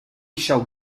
shall